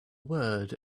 word